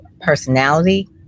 Personality